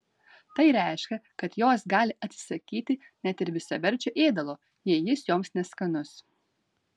tai reiškia kad jos gali atsisakyti net ir visaverčio ėdalo jei jis joms neskanus